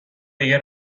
دیگه